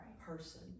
person